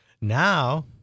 Now